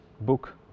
book